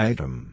Item